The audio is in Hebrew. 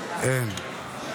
אין.